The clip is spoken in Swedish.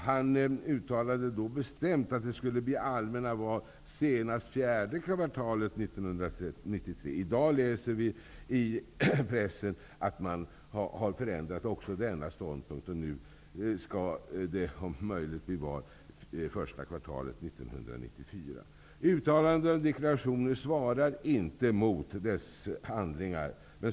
Han uttalade bestämt att det skulle bli allmänna val senast fjärde kvartalet 1993. I dag läser vi i pressen att man har förändrat även denna ståndpunkt och att det skall bli val under det första kvartalet 1994. Uttalanden och deklarationer svarar inte mot regimens handlingar.